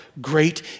great